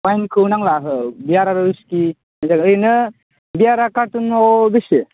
अआइनखौ नांला ओहो बियार आरो उइसकि ओरैनो बियारा कारटनाव बेसे